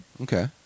okay